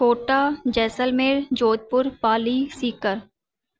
Kota Jaisalmer Jodhpur Pali Sikar